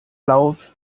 lauf